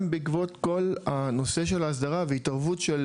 בעקבות כל הנושא של ההסדרה והתערבות של